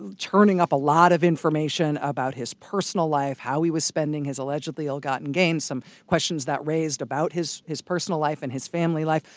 and turning up a lot of information about his personal life, how he was spending his allegedly ill-gotten gains, some questions that raised about his his personal life and his family life,